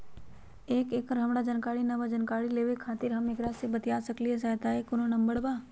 एकर हमरा जानकारी न बा जानकारी लेवे के खातिर हम केकरा से बातिया सकली ह सहायता के कोनो नंबर बा?